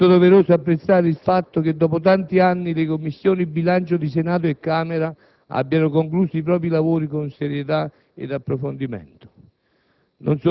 È, anzitutto, doveroso apprezzare il fatto che, dopo tanti anni, le Commissioni bilancio di Senato e Camera abbiano concluso i propri lavori con serietà ed approfondimento.